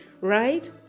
right